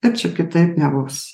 tad čia kitaip nebus